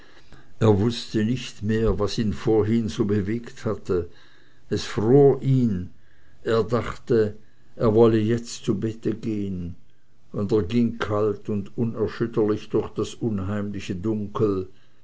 er wußte nicht mehr was ihn vorhin so bewegt hatte es fror ihn er dachte er wolle jetzt zu bette gehn und er ging kalt und unerschütterlich durch das unheimliche dunkel